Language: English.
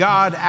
God